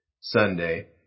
Sunday